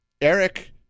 Eric